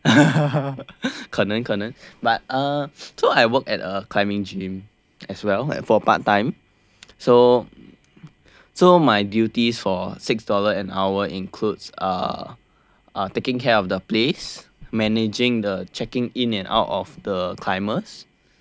可能可能 but uh so I work at a climbing gym as well for part time so so my duties for six dollars an hour includes uh taking care of the place managing the checking in and out of the climbers